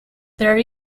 there